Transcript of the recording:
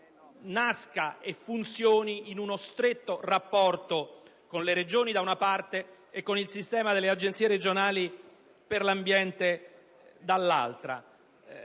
nasca e funzioni in uno stretto rapporto con le Regioni, da una parte, e con il sistema delle Agenzie regionali per l'ambiente, dall'altra.